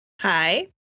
Hi